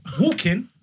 Walking